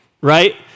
right